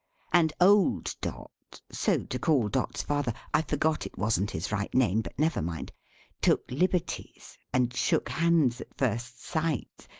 and old dot so to call dot's father i forgot it wasn't his right name, but never mind took liberties, and shook hands at first sight,